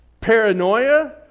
Paranoia